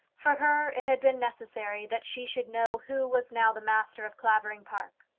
for her, it had been necessary that she should know who was now the master of clavering park.